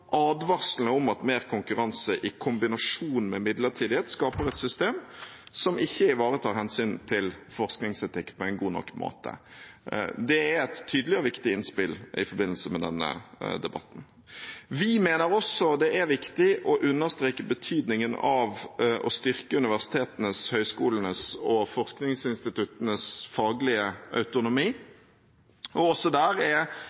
advarslene om at mer konkurranse i kombinasjon med midlertidighet skaper et system som ikke ivaretar hensynet til forskningsetikk på en god nok måte. Det er et tydelig og viktig innspill i forbindelse med denne debatten. Vi mener også at det er viktig å understreke betydningen av å styrke universitetenes, høyskolenes og forskningsinstituttenes faglige autonomi, og også der er